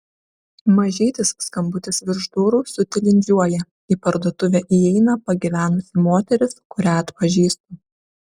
mažytis skambutis virš durų sutilindžiuoja į parduotuvę įeina pagyvenusi moteris kurią atpažįstu